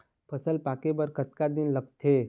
फसल पक्के बर कतना दिन लागत हे?